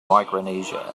micronesia